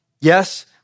Yes